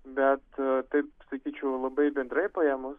bet taip sakyčiau labai bendrai paėmus